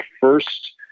first